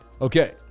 Okay